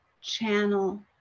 channel